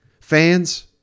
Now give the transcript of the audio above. fans